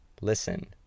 Listen